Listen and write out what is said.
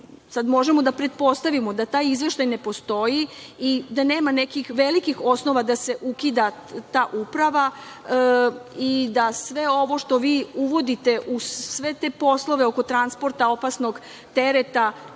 sad možemo da pretpostavimo da taj izveštaj ne postoji i da nema nekih velikih osnova da se ukida ta uprava i da sve ovo što vi uvodite, uz sve te poslove oko transporta opasnog tereta,